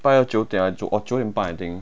拜二九点 九点半 I think